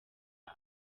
aho